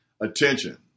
attention